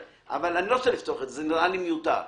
אני לא רוצה לפתוח את זה, זה נראה לי מיותר.